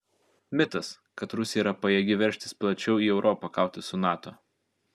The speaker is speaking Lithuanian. mitas kad rusija yra pajėgi veržtis plačiau į europą kautis su nato